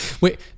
Wait